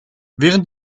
während